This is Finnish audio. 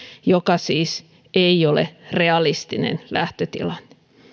joka siis ei ole realistinen lähtötilanne